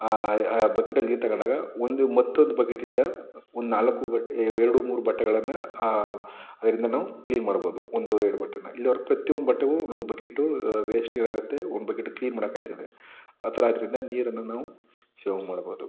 ಆ ಆ ಬಕೆಟಲ್ಲಿ ನೀರು ತಗೊಂಡಾಗ ಒಂದು ಮತ್ತೊಂದು ಬಕೆಟಿಂದ ಒಂದು ನಾಲ್ಕು ಬಟ್ಟೆ ಎರಡು ಮೂರು ಬಟ್ಟೆಗಳನ್ನು ಅದರಿಂದ ನಾವು ಕ್ಲೀನ್ ಮಾಡಬಹುದು ಒಂದು ಎರಡು ಬಟ್ಟೆನ ಇಲ್ಲಿ ಅವರು ಪ್ರತಿ ಒಂದು ಬಟ್ಟೆಗೂ ಒಂದೊಂದು ಬಕೆಟು ವೇಸ್ಟ್ಗಳು ಆಗುತ್ತೆ ಒಂದು ಬಕೆಟ್ ಕ್ಲೀನ್ ಮಾಡೋಕೆ ಆಗ್ತದೆ ಆ ಥರ ಆದ್ದರಿಂದ ನೀರನ್ನು ನಾವು ಸೇವ್ ಮಾಡಬಹುದು